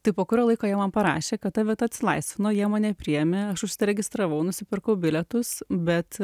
tai po kurio laiko jie man parašė kad ta vieta atsilaisvino jie mane priėmė aš užsiregistravau nusipirkau bilietus bet